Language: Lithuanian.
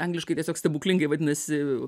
angliškai tiesiog stebuklingai vadinasi